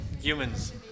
humans